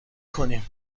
کنیم